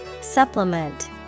Supplement